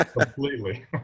Completely